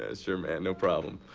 ah sure man, no problem.